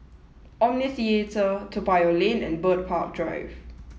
Omni Theatre Toa Payoh Lane and Bird Park Drive